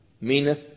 meaneth